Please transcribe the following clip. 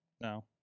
No